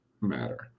matter